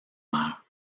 mère